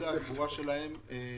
שאצלן נושא הקבורה נתקל בקשיים,